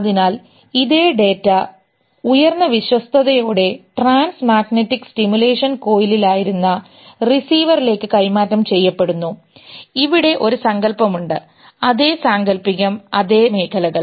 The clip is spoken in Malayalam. അതിനാൽ ഇതേ ഡാറ്റ ഉയർന്ന വിശ്വസ്തതയോടെ ട്രാൻസ് മാഗ്നറ്റിക് സ്റ്റിമുലേഷൻ കോയിലായിരുന്ന റിസീവറിലേക്ക് കൈമാറ്റം ചെയ്യപ്പെടുന്നു ഇവിടെ ഒരു സങ്കൽപ്പമുണ്ട് അതേ സാങ്കൽപ്പിക അതേ മേഖലകൾ